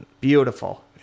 Beautiful